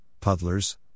puddlers